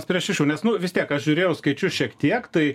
prie šešių nes nu vis tiek aš žiūrėjau skaičius šiek tiek tai